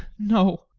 no.